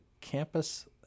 campus